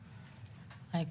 היי,